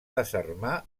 desarmar